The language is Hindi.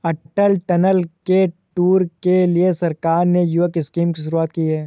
अटल टनल के टूर के लिए सरकार ने युवक स्कीम की शुरुआत की है